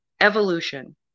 evolution